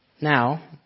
Now